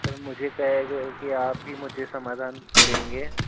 sir मुझे कहा गया है कि आप ही मुझे समाधान देंगे